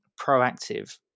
proactive